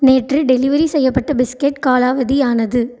நேற்று டெலிவெரி செய்யப்பட்ட பிஸ்கெட் காலாவதி ஆனது